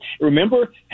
Remember